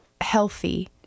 healthy